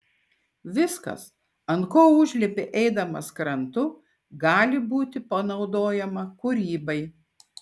viskas ant ko užlipi eidamas krantu gali būti panaudojama kūrybai